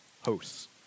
hosts